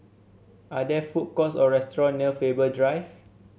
are there food courts or restaurant near Faber Drive